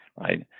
right